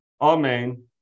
Amen